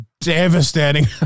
devastating